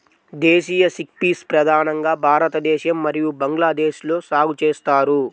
దేశీయ చిక్పీస్ ప్రధానంగా భారతదేశం మరియు బంగ్లాదేశ్లో సాగు చేస్తారు